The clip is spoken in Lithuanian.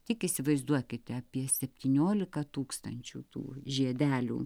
tik įsivaizduokite apie septyniolika tūkstančių tų žiedelių